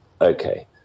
Okay